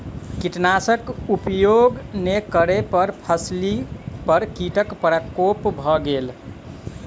कीटनाशक उपयोग नै करै पर फसिली पर कीटक प्रकोप भ गेल